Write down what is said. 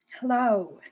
Hello